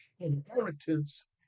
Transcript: Inheritance